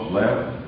left